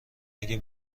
اگه